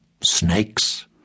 Snakes